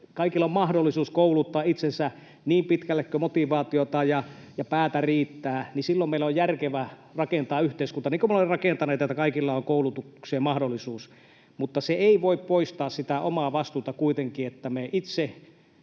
kaikilla on mahdollisuus kouluttaa itsensä niin pitkälle kuin motivaatiota ja päätä riittää, niin silloin meidän on järkevää rakentaa yhteiskuntaa, niin kuin me olemme rakentaneet, että kaikilla on koulutukseen mahdollisuus. Mutta se ei voi poistaa sitä omaa vastuuta kuitenkaan, että meillä